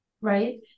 right